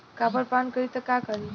Copper पान करी त का करी?